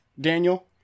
Daniel